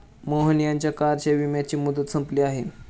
मोहन यांच्या कारच्या विम्याची मुदत संपली आहे